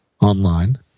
online